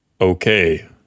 Okay